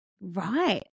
Right